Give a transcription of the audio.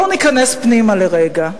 בואו ניכנס פנימה לרגע.